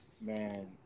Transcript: man